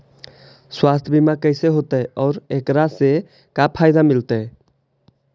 सवासथ बिमा कैसे होतै, और एकरा से का फायदा मिलतै?